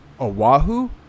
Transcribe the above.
Oahu